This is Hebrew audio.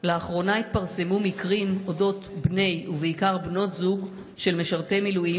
לאחרונה התפרסמו מקרים על אודות בני זוג ובעיקר בנות זוג של משרתי מילואים